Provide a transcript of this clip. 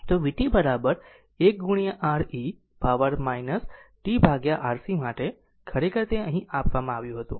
તેથી vt A r e power t RC માટે ખરેખર તે અહીં આપવામાં આવ્યું હતું અહીં તે અહીં આપવામાં આવ્યું નથી